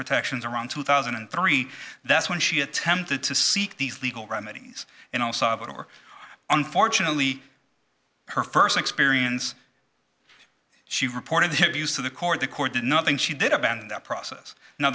protections around two thousand and three that's when she attempted to seek these legal remedies and all sought or unfortunately her first experience she reported the abuse to the court the court did nothing she did abandon that process now